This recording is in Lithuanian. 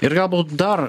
ir galbūt dar